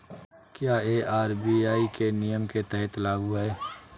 क्या यह आर.बी.आई के नियम के तहत लागू है?